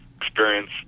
experience